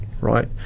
right